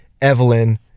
Evelyn